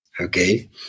Okay